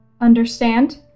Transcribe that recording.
Understand